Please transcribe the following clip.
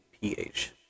PH